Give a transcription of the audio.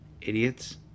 idiots